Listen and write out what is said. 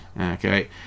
Okay